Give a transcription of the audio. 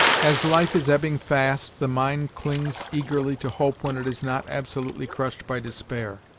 as life is ebbing fast, the mind clings eagerly to hope when it is not absolutely crushed by despair.